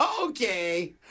Okay